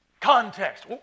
Context